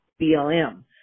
BLM